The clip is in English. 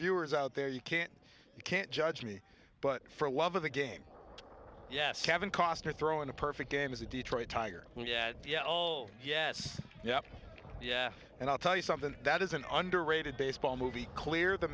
viewers out there you can't you can't judge me but for love of the game yes kevin costner throwing a perfect game is a detroit tiger yeah yeah yes yeah yeah and i'll tell you something that is an underrated baseball movie clear the